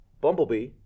Bumblebee